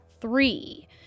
three